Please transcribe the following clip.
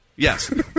Yes